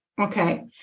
Okay